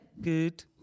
Good